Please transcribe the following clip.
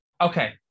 Okay